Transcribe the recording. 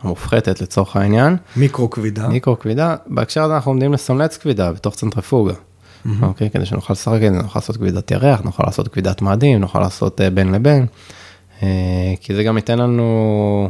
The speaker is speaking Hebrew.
המופחתת לצורך העניין, מיקרו כבידה, מיקרו כבידה, בהקשר אנחנו עומדים לסמלץ כבידה בתוך צנטרפוגה. אוקיי כדי שנוכל לשחק עם זה נוכל לעשות כבידת ירח נוכל לעשות כבידת מאדים נוכל לעשות בין לבין, א.. כי זה גם יתן לנו.